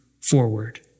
forward